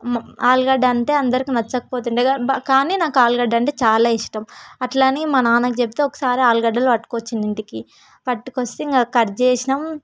ఆలుగడ్డ అంటే అందరికీ నచ్చకపోతుండేది కానీ నాకు ఆలుగడ్డ అంటే చాలా ఇష్టం అట్లా అని మా నాన్నకి చెప్తే ఒకసారి ఆలుగడ్డలు పట్టుకొచ్చాడు ఇంటికి పట్టుకొస్తే ఇంకా కట్ చేసాము